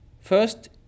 first